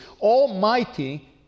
almighty